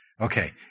Okay